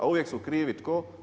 A uvijek su krivi tko?